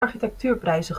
architectuurprijzen